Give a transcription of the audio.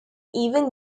even